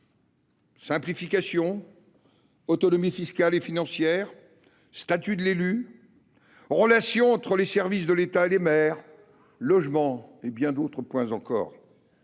simplification, l’autonomie fiscale et financière, le statut de l’élu, la relation entre les services de l’État et les maires, le logement et bien d’autres sujets encore.